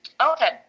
Okay